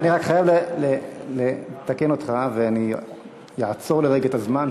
אני רק חייב לתקן אותך ואני אעצור לרגע את הזמן,